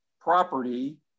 property